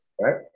right